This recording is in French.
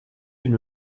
une